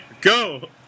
Go